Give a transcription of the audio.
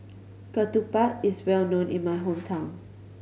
ketupat is well known in my hometown